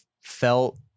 felt